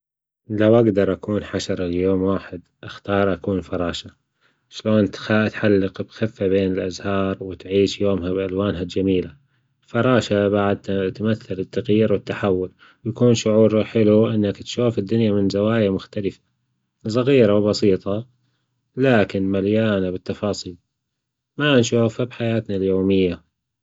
لو أقدر أكون حشرة ليوم واحد أختار أكون فراشة، شلون تحلق بخفة بين الأزهار وتعيش يومها بألوانها الجميلة، الفراشة بعد تمثل التغيير والتحول يكون شعوره حلو إنك تشوف الدنيا من زوايا مختلفة صغيرة وبسيطة، لكن مليانة بالتفاصيل ما نشوفها بحياتنا اليومية.